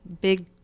big